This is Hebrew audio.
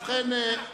ובכן,